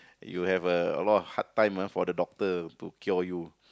you have a lot hard time ah for the doctor to cure you